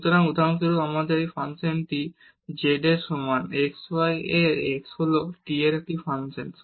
সুতরাং উদাহরণস্বরূপ আমাদের এই ফাংশনটি z এর সমান xy x হল t এর একটি ফাংশন